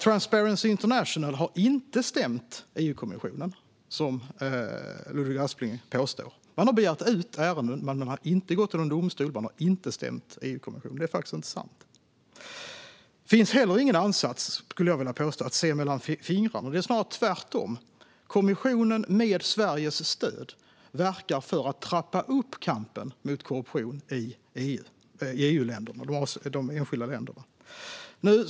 Transparency International har inte stämt EU-kommissionen, som Ludvig Aspling påstår. Man har begärt ut ärenden, men man har inte gått till någon domstol och inte stämt EU-kommissionen. Det är faktiskt inte sant. Det finns heller ingen ansats, skulle jag vilja påstå, att se mellan fingrarna med något. Det är snarare tvärtom: Kommissionen, med Sveriges stöd, verkar för att trappa upp kampen mot korruption i de enskilda EU-länderna.